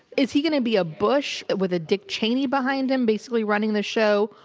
is he going to be a bush with a dick cheney behind him, basically running the show?